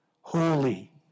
holy